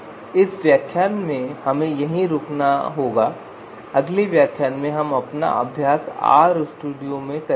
तो इस व्याख्यान में हम यहीं रुकना चाहेंगे और अगले व्याख्यान में हम अपना अभ्यास RStudio में करेंगे